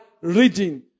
reading